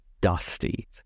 dusty